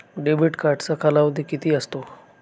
Debit कार्डचा कालावधी किती असतो?